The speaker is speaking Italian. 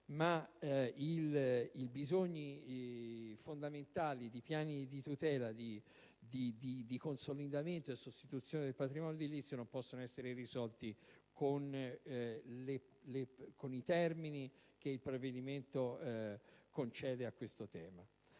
Ma i bisogni fondamentali di piani di tutela, di consolidamento e sostituzione del patrimonio edilizio non possono essere risolti nei termini che il provvedimento stabilisce su questo tema.